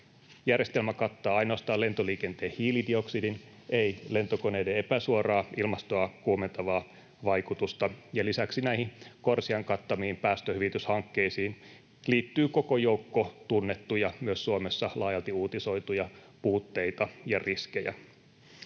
Järjestelmä kattaa ainoastaan lentoliikenteen hiilidioksidin, ei lentokoneiden epäsuoraa ilmastoa kuumentavaa vaikutusta, ja lisäksi näihin CORSIAn kattamiin päästöhyvityshankkeisiin liittyy koko joukko tunnettuja, myös Suomessa laajalti uutisoituja, puutteita ja riskejä.